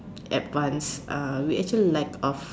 advanced uh we actually lack of